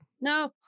No